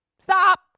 stop